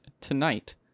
tonight